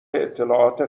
اطلاعات